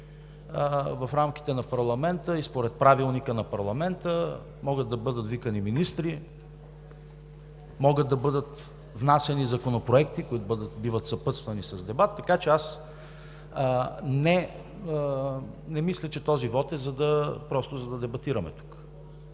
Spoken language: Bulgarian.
в рамките на парламента и според Правилника на парламента могат да бъдат викани министри, могат да бъдат внасяни законопроекти, които биват съпътствани с дебат, така че аз не мисля, че този вот е просто, за да дебатираме тук.